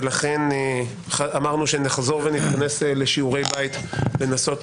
לכן אמרנו שנחזור ונתכנס לשיעורי בית ולנסות